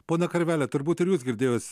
ponia karvele turbūt ir jūs girdėjus